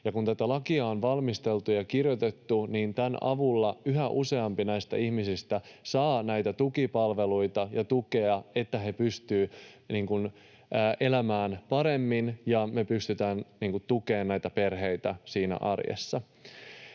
kun tätä lakia on valmisteltu ja kirjoitettu, tämän avulla yhä useampi näistä ihmisistä saa näitä tukipalveluita ja tukea, että he pystyvät elämään paremmin ja me pystytään tukemaan näitä perheitä siinä arjessa.